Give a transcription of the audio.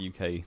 UK